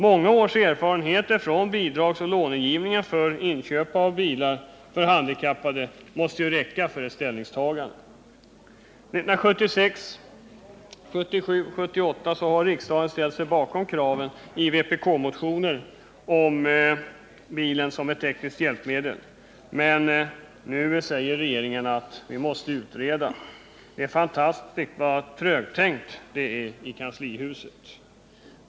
Många års erfarenheter från bidragsoch lånegivning för inköp av bilar till handikappade räcker för ett ställningstagande. Åren 1976, 1977 och 1978 har riksdagen ställt sig bakom kraven i vpkmotionerna om bilen som tekniskt hjälpmedel, men nu säger regeringen att den måste utreda. Det är fantastiskt vad trögtänkt det är i kanslihuset.